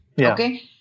okay